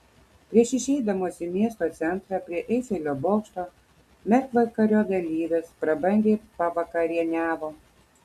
prieš išeidamos į miesto centrą prie eifelio bokšto mergvakario dalyvės prabangiai pavakarieniavo